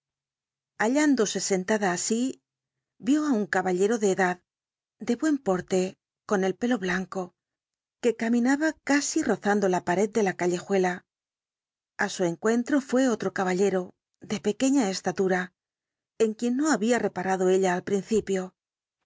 hallándose sentada así vio á un caballero de edad de buen porte con el pelo blanco que caminaba casi rozando la pared de la callejuela á su encuentro fué otro caballero de pequeña estatura en quien no había reparado ella al principio